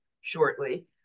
shortly